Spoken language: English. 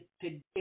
today